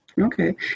okay